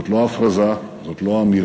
זאת לא הפרזה, זאת לא אמירה